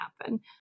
happen